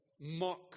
mock